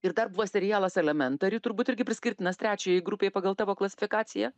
ir dar buvo serialas elementari turbūt irgi priskirtinas trečiajai grupei pagal tavo klasifikaciją